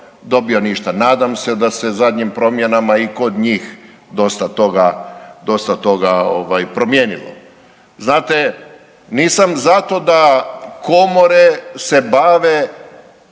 dobio ništa. Nadam se da se zadnjim promjenama i kod njih dosta toga, dota toga ovaj promijenilo. Znate, nisam za to da komore se bave